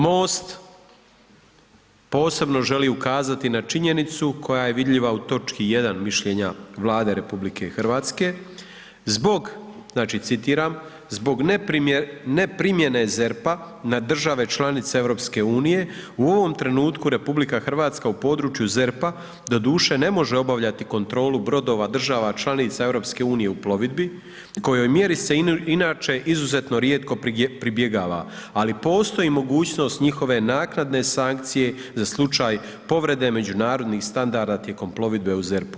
MOST posebno želi ukazati na činjenicu koja je vidljiva u točki 1. mišljenja Vlade RH zbog znači citiram, zbog neprimjene ZERP-a na države članice EU u ovom trenutku RH u području ZERP-a doduše ne može obavljati kontrolu brodova država članica EU u plovidbi kojoj mjeri se inače izuzetno rijetko pribjegava, ali postoji mogućnost njihove naknadne sankcije za slučaj povrede međunarodnih standarda tijekom plovidbe u ZERP-u.